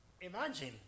imagine